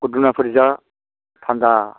खुदुनाफोर जा थान्दा